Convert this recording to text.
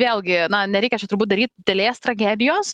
vėlgi na nereikia čia turbūt daryt didelės tragedijos